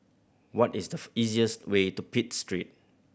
what is the easiest way to Pitt Street